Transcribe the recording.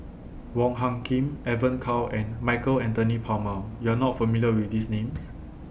Wong Hung Khim Evon Kow and Michael Anthony Palmer YOU Are not familiar with These Names